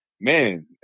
Man